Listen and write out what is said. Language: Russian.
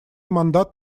мандат